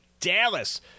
Dallas